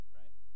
right